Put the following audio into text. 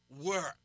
work